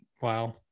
Wow